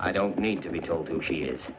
i don't need to be told who she is